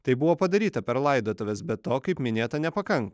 tai buvo padaryta per laidotuves bet to kaip minėta nepakanka